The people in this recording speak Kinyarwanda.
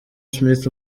smith